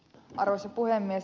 arvoisa puhemies